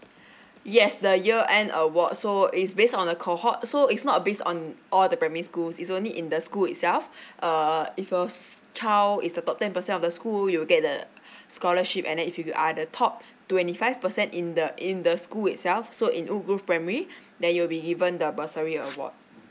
yes the year end award so is based on a cohort so it's not based on all the primary schools is only in the school itself uh if your child is the top ten percent of the school you'll get the scholarship and then if you are the top twenty five percent in the in the school itself so in woodgroove primary then you will be given the bursary award